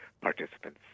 participants